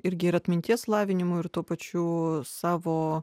irgi ir atminties lavinimu ir tuo pačiu savo